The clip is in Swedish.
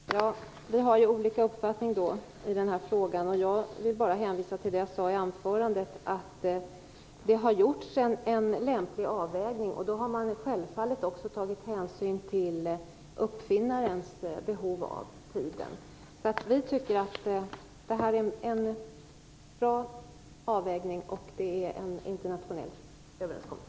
Fru talman! Vi har olika uppfattning i denna fråga. Jag vill bara hänvisa till det jag sade i anförandet. Det har gjorts en lämplig avvägning. Då har man självfallet också tagit hänsyn till uppfinnarens behov av tid. Vi tycker att det är en bra avvägning. Det är också en internationell överenskommelse.